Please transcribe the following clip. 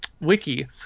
wiki